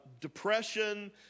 depression